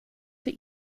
für